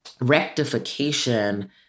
rectification